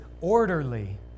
orderly